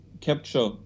capture